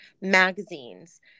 magazines